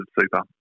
super